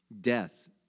death